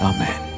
Amen